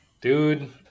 Dude